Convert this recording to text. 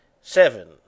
seven